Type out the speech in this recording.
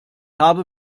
habe